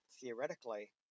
theoretically